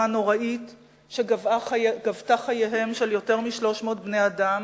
נוראית שגבתה את חייהם של יותר מ-300 בני-אדם,